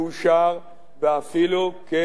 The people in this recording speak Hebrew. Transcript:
ואפילו בדיעבד,